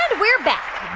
and we're back.